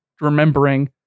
remembering